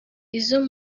izo